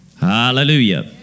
Hallelujah